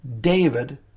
David